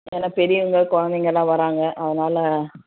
ஏன்னா பெரியவங்க குழந்தைங்களாம் வர்றாங்க அதனால்